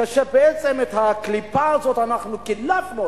כשבעצם את הקליפה הזאת אנחנו קילפנו,